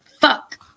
Fuck